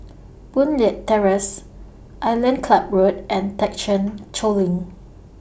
Boon Leat Terrace Island Club Road and Thekchen Choling